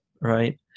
Right